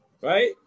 right